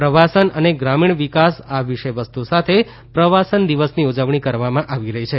પ્રવાસન અને ગ્રામીણ વિકાસ આ વિષય વસ્તુ સાથે પ્રવાસન દિવસની ઉજવણી કરવામાં આવી રહી છે